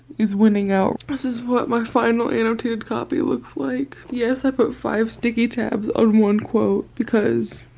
is winning out. this is what my final annotated copy looks like. yes i put five sticky tabs on one quote because